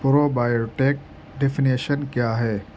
probiotic کی definition کیا ہے